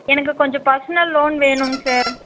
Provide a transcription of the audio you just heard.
எனக்கு கொஞ்சம் personal loan வேணும்ங்க சார்